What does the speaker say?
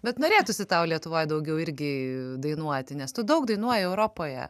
bet norėtųsi tau lietuvoje daugiau irgi dainuoti nes tu daug dainuoji europoje